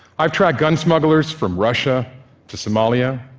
i've tracked gun smugglers from russia to somalia,